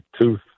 tooth